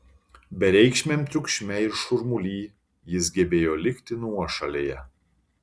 bereikšmiam triukšme ir šurmuly jis gebėjo likti nuošalėje